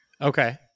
Okay